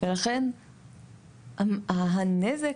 ולכן הנזק